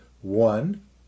One